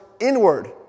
inward